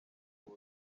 huye